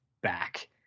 back